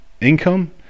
income